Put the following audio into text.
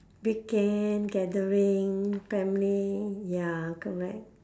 weekend gathering family ya correct